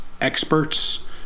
experts